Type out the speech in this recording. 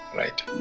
right